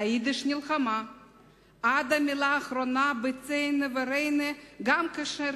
/ והיידיש נלחמה./ עד המלה האחרונה ב'צאנה וראינה'./ גם כאשר